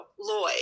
Lloyd